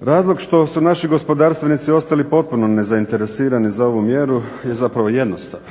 Razlog što su naši gospodarstvenici ostali potpuno nezainteresirani za ovu mjeru je zapravo jednostavan.